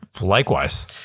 Likewise